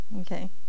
Okay